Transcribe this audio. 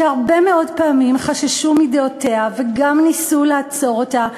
שהרבה מאוד פעמים חששו מדעותיה וגם ניסו לעצור אותה,